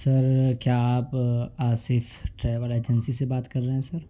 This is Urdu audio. سر کیا آپ آصف ٹریول ایجنسی سے بات کر رہے ہیں سر